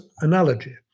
analogy